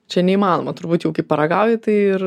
čia neįmanoma turbūt jau kai paragauji tai ir